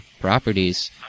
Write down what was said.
properties